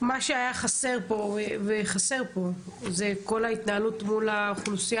מה שהיה חסר פה וחסר פה זה זה כל ההתנהלות מול האוכלוסיה